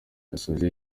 yasoje